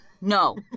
no